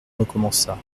recommença